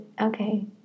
okay